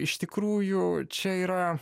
iš tikrųjų čia yra